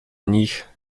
nich